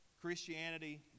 Christianity